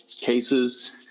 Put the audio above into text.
cases